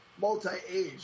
multi-age